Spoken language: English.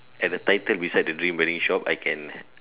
at title beside the dream wedding shop I can